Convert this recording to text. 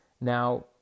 Now